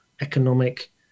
economic